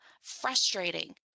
frustrating